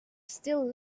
still